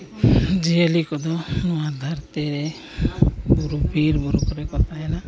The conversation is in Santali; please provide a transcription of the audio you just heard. ᱡᱤᱭᱟᱹᱞᱤ ᱠᱚᱫᱚ ᱱᱚᱣᱟ ᱫᱷᱟᱹᱨᱛ ᱨᱮ ᱵᱩᱨᱩᱼᱵᱤᱨ ᱵᱩᱨᱩ ᱠᱚᱨᱮ ᱠᱚ ᱛᱟᱦᱮᱱᱟ